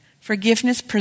forgiveness